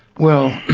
well,